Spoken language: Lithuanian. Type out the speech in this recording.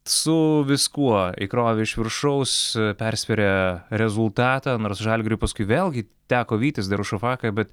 su viskuo įkrovė iš viršaus persvėrė rezultatą nors žalgiriui paskui vėlgi teko vytis darušafaką bet